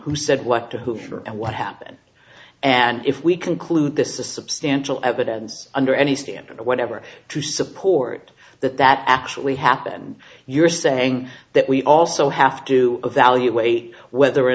for and what happened and if we conclude this is substantial evidence under any standard or whatever to support that that actually happened you're saying that we also have to evaluate whether or